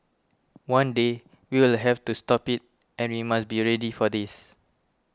one day we will have to stop it and we must be ready for this